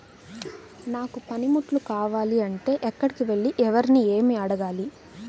నాకు పనిముట్లు కావాలి అంటే ఎక్కడికి వెళ్లి ఎవరిని ఏమి అడగాలి?